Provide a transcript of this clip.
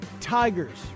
Tigers